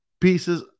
pieces